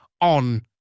on